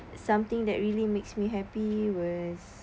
something that really makes me happy was